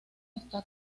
está